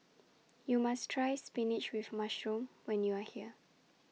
YOU must Try Spinach with Mushroom when YOU Are here